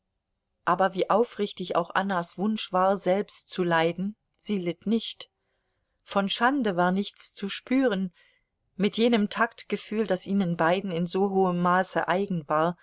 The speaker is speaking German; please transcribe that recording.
aber wie aufrichtig auch annas wunsch war selbst zu leiden sie litt nicht von schande war nichts zu spüren mit jenem taktgefühl das ihnen beiden in so hohem maße eigen war